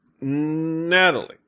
Natalie